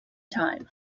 time